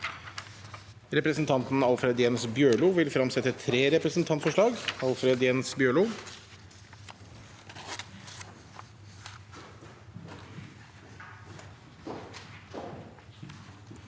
Representanten Alfred Jens Bjørlo vil fremsette tre representantforslag. Alfred Jens Bjørlo